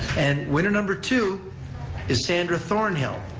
and winner number two is sandra thornhill.